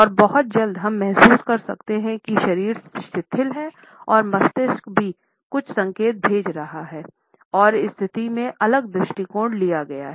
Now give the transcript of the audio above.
और बहुत जल्द हम महसूस कर सकते हैं कि शरीर शिथिल है और मस्तिष्क भी कुछ संकेत भेज रहा है और इस स्थिति में अलग दृष्टिकोण लिया गया हैं